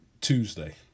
Tuesday